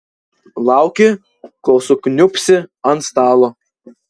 lauki kol sukniubsi ant stalo